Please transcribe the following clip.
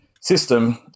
system